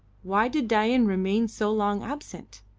why did dain remain so long absent?